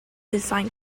design